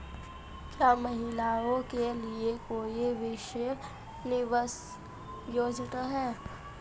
क्या महिलाओं के लिए कोई विशेष निवेश योजना है?